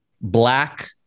black